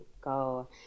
go